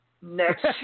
next